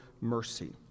mercy